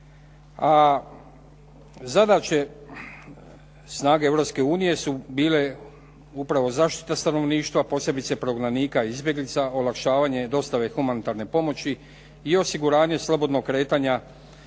Europske unije su bile upravo zaštita stanovništva, posebice prognanika i izbjeglica, olakšavanje dostave humanitarne pomoći i osiguranje slobodnog kretanja